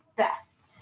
best